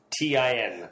T-I-N